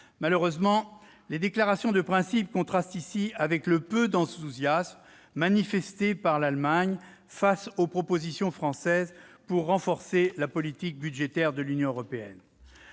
Malheureusement, les déclarations de principe contrastent ici avec le peu d'enthousiasme manifesté par l'Allemagne face aux propositions françaises pour renforcer la politique budgétaire de l'Union européenne.